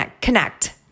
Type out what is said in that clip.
connect